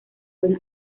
buen